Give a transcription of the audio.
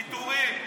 פיטורים.